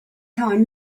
time